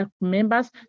members